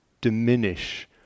diminish